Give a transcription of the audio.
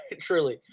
truly